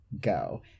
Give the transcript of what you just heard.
go